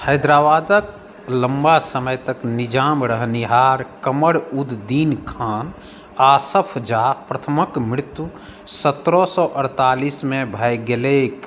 हैदराबादक लंबा समय तक निजाम रहनिहार कमर उद दीन खान आसफ जाह प्रथमक मृत्यु सतरह सए अड़तालीस मे भऽ गेलैक